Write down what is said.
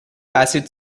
acid